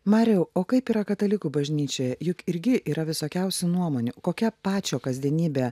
mariau o kaip yra katalikų bažnyčioje juk irgi yra visokiausių nuomonių kokia pačio kasdienybė